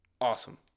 Awesome